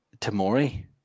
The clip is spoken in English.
Tamori